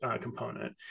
component